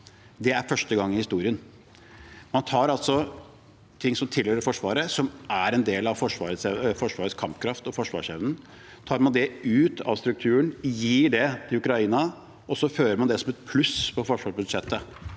Det er første gang i historien. Man tar altså ting som tilhører Forsvaret, som er en del av Forsvarets kampkraft og forsvarsevne, ut av strukturen, gir det til Ukraina, og så fører man det som et pluss på forsvarsbudsjettet,